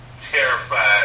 terrified